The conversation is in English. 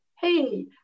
hey